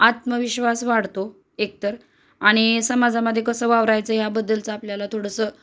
आत्मविश्वास वाढतो एकतर आणि समाजामध्ये कसं वावरायचं याबद्दलचं आपल्याला थोडंसं